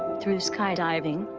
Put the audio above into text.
through sky diving,